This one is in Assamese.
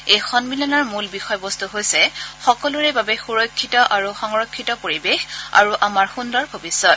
এই সন্মিলনৰ মূল বিষয়বস্তু হৈছে সকলোৰে বাবে সুৰক্ষিত আৰু সংৰক্ষিত পৰিৱেশ আৰু আমাৰ সুন্দৰ ভৱিষ্যত